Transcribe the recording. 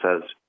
says